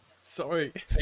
Sorry